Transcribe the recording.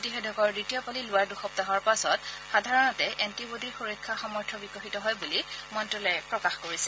প্ৰতিষেধকৰ দ্বিতীয়পালি লোৱাৰ দুসপ্তাহৰ পাছত সাধাৰণতে এণ্টিব'ডিৰ সূৰক্ষা সামৰ্থ্য বিকশিত হয় বুলি মন্ত্যালয়ে প্ৰকাশ কৰিছে